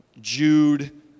Jude